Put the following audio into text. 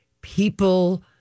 people